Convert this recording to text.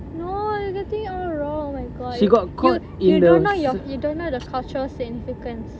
no you're getting it all wrong oh my god you you don't know your you don't know the cultural significance